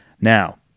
now